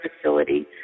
facility